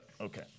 okay